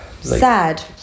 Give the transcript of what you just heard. Sad